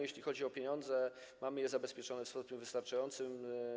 Jeśli chodzi o pieniądze, mamy je zabezpieczone w stopniu wystarczającym.